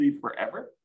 forever